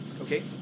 okay